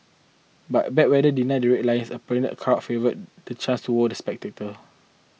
but bad weather denied the Red Lions a perennial crowd favourite the chance to wow the spectator